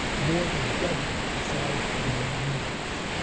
more than doubled the size of the known universe.